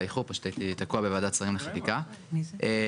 הוא גם מגשים את מטרות החוק והרציונל שעומד מאחוריו.